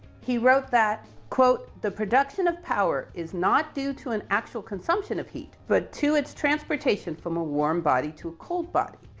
he wrote that, quote, the production of power is not due to an actual consumption of heat, but to its transportation from a warm body to a cold body.